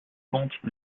compte